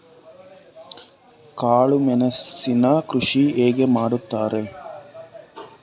ಕಾಳು ಮೆಣಸಿನ ಕೃಷಿ ಹೇಗೆ ಮಾಡುತ್ತಾರೆ?